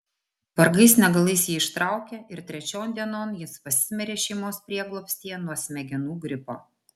vargais negalais jį ištraukė ir trečion dienon jis pasimirė šeimos prieglobstyje nuo smegenų gripo